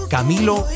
Camilo